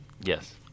Yes